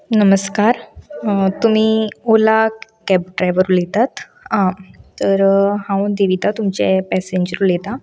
नमस्कार तुमी Ola cab driver उलयतात आं तर हांव देविता तुमचें पेसेंजर उलयतां